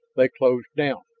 they closed down.